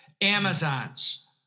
Amazon's